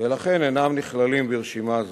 ולכן אינם נכללים ברשימה זאת.